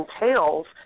entails